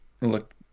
look